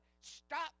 stop